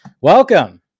Welcome